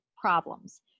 problems